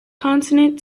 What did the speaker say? consonant